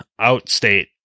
outstate